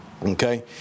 okay